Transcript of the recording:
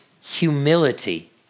humility